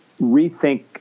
rethink